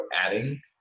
adding